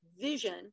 vision